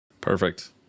Perfect